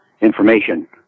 information